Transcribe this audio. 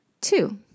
Two